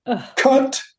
Cut